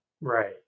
Right